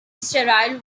sterile